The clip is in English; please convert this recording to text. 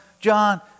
John